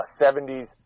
70s